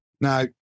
Now